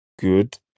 good